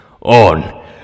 on